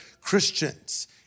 Christians